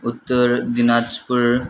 Uttar Dinajpur